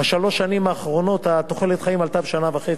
בשלוש השנים האחרונות תוחלת החיים עלתה בשנה וחצי,